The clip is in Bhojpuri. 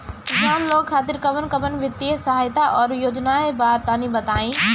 किसान लोग खातिर कवन कवन वित्तीय सहायता और योजना बा तनि बताई?